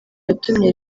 yatumye